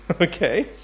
okay